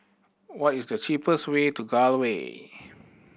what is the cheapest way to Gul Way